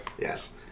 Yes